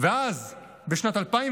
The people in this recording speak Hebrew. ואז בשנת 2004